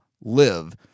live